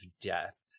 death